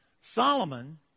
Solomon